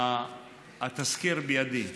התזכיר בידי.